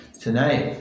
tonight. (